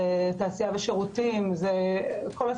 תעשייה ושירותים וכו'.